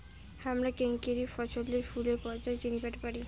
হামরা কেঙকরি ফছলে ফুলের পর্যায় চিনিবার পারি?